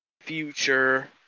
future